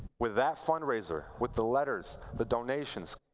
with that fundraiser, with the letters, the donations,